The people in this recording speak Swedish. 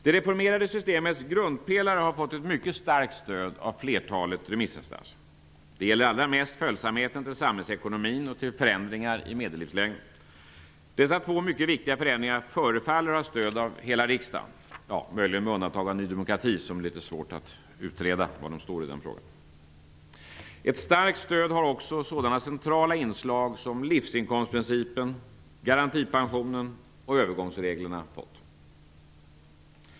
Det reformerade systemets grundpelare har fått ett mycket starkt stöd av flertalet remissinstanser. Det gäller allra mest följsamheten till samhällsekonomin och till förändringar i medellivslängden. Dessa två mycket viktiga förändringar förefaller ha stöd av hela riksdagen, möjligen med undantag av Ny demokrati -- det är litet svårt att utreda var Ny demokrati står i den frågan. Ett starkt stöd har också sådana centrala inslag som livsinkomstprincipen, garantipensionen och övergångsreglerna fått.